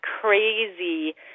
crazy